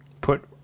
put